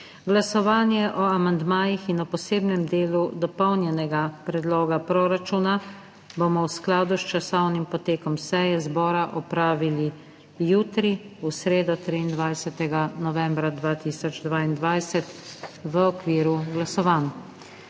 Glasovanje o amandmajih in o posebnem delu dopolnjenega predloga proračuna bomo v skladu s časovnim potekom seje zbora opravili jutri, v sredo, 23. novembra 2022, v okviru glasovanj.